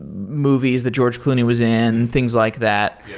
movies that george clooney was in, things like that.